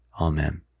Amen